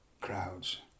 crowds